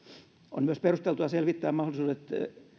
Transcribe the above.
on myös perusteltua selvittää mahdollisuudet